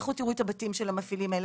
לכו תראו את הבתים של המפעילים האלה.